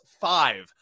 five